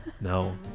no